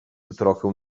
trochę